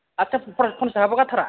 आथसा पनसास पनसास थाखाबो गारथारा